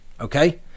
Okay